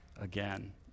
again